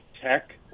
tech